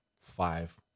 five